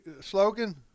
slogan